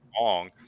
long